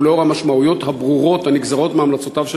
לאור המשמעויות הברורות הנגזרות מהמלצותיו של